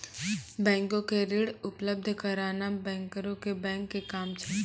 बैंको के ऋण उपलब्ध कराना बैंकरो के बैंक के काम छै